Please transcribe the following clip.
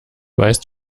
weißt